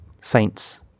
saints